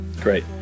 great